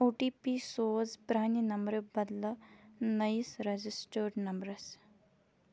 او T P سوز پرٛانہِ نمبرٕ بدلہٕ نٔیِس رٮ۪جِسٹٲڈ نمبرَس